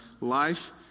life